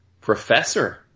Professor